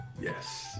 Yes